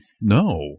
no